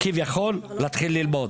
כביכול להתחיל ללמוד.